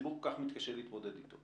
שהציבור כל כך מתקשה להתמודד איתו.